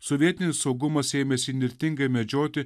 sovietinis saugumas ėmėsi įnirtingai medžioti